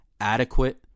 adequate